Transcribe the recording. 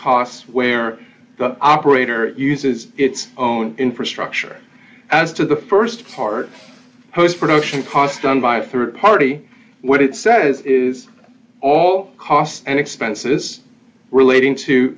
costs where the operator uses its own infrastructure as to the st part post production cost done by rd party what it says is all costs and expenses relating to